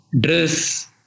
dress